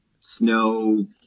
Snow